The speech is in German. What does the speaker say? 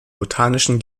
botanischen